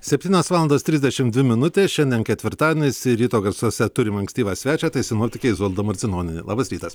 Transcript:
septynios valandos trisdešim dvi minutės šiandien ketvirtadienis ir ryto garsuose turim ankstyvą svečią tai sinoptikė izolda marcinonienė labas rytas